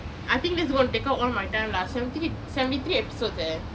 I think this gonna take up all my time lah seventy seventy three episode leh